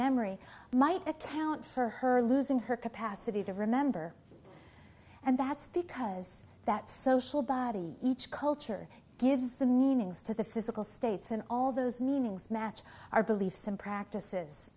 memory might account for her losing her capacity to remember and that's because that social body each culture gives the meanings to the physical states and all those meanings match our beliefs and practices